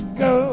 go